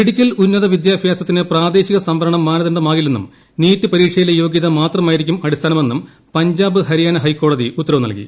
medical ഉന്നത വിദ്യാഭ്യാസത്തിന് പ്രാദേശിക സംവരണം മാനദണ്ഡമാകില്ലെന്നും നീറ്റ് പരീക്ഷയിലെ യോഗൃത മാത്രമായിരിക്കും അടിസ്ഥാനമെന്നും പഞ്ചാബ് ഹരിയാന ഹൈക്കോടതി ഉത്തരവ് നൽകി